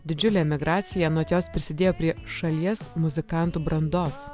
didžiulė emigracija anot jos prisidėjo prie šalies muzikantų brandos